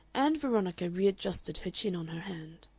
ann veronica readjusted her chin on her hand.